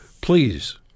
Please